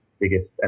biggest